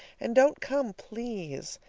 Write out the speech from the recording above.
and don't come please!